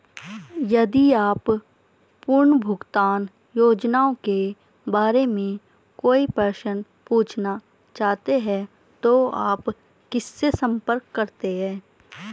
यदि आप पुनर्भुगतान योजनाओं के बारे में कोई प्रश्न पूछना चाहते हैं तो आप किससे संपर्क करते हैं?